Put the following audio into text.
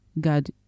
God